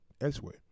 elsewhere